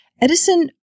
Edison